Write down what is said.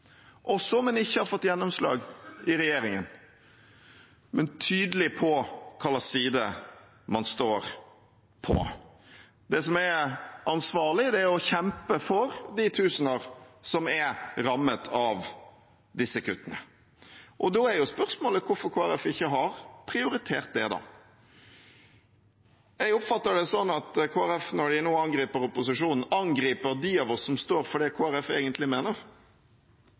om en ikke har fått gjennomslag i regjeringen, og tydelig på hvilken side man står på. Det som er ansvarlig, er å kjempe for de tusener som er rammet av disse kuttene. Og da er spørsmålet hvorfor Kristelig Folkeparti ikke har prioritert det. Jeg oppfatter det sånn at Kristelig Folkeparti når de nå angriper opposisjonen, angriper dem av oss som står for det Kristelig Folkeparti egentlig mener,